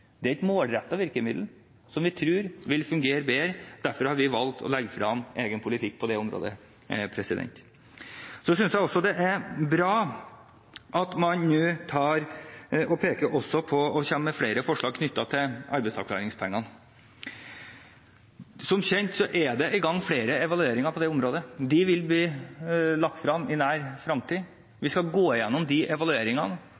Det er et målrettet virkemiddel som vi tror vil fungere bedre. Derfor har vi valgt å legge frem egen politikk på dette området. Jeg synes det er bra at man nå også peker på og kommer med flere forslag knyttet til arbeidsavklaringspengene. Som kjent er det i gang flere evalueringer på det området. De vil bli lagt frem i nær framtid.